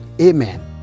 Amen